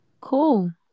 cool